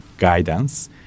guidance